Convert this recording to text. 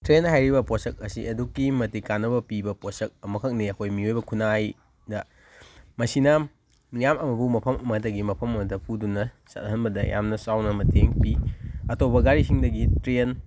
train ꯍꯥꯏꯔꯤꯕ ꯄꯣꯠꯁꯛ ꯑꯁꯤ ꯑꯗꯨꯛꯀꯤ ꯃꯇꯤꯛ ꯀꯥꯟꯅꯕ ꯄꯤꯕ ꯄꯣꯠꯁꯛ ꯑꯃꯈꯛꯅꯤ ꯑꯩꯈꯣꯏ ꯃꯤꯑꯣꯏꯕ ꯈꯨꯅꯥꯏꯗ ꯃꯁꯤꯅ ꯝꯤꯌꯥꯝ ꯑꯃꯕꯨ ꯃꯐꯝ ꯑꯃꯗꯒꯤ ꯃꯐꯝ ꯑꯃꯗ ꯄꯨꯗꯨꯅ ꯆꯠꯍꯟꯕꯗ ꯌꯥꯝꯅ ꯆꯥꯎꯅ ꯃꯇꯦꯡ ꯄꯤ ꯑꯇꯣꯞꯄ ꯒꯥꯔꯤꯁꯤꯡꯗꯒꯤ ꯇ꯭ꯔꯦꯟ